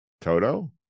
Toto